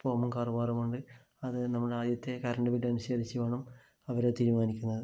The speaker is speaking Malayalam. ഫോമും അത് നമ്മള് ആദ്യത്തെ കറണ്ട് ബില് അനുസരിച്ച് വേണം അവരത് തീരുമാനിക്കുന്നത്